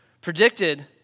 predicted